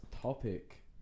topic